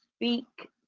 speak